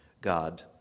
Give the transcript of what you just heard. God